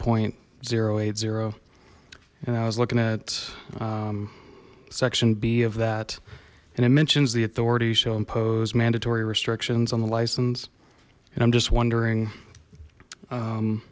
point zero eight zero and i was looking at section b of that and it mentions the authority shall impose mandatory restrictions on the license and i'm just wondering